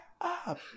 up